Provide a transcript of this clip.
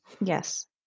Yes